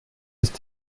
ist